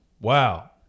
Wow